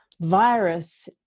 virus